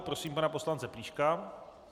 Prosím pana poslance Plíška.